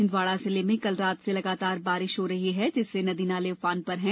छिन्दवाड़ा जिले में कल रात से लगातार बारिश हो रही है जिससे नदी नाले उफान पर पर हैं